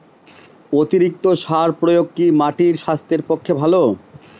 অতিরিক্ত সার প্রয়োগ কি মাটির স্বাস্থ্যের পক্ষে ভালো?